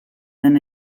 den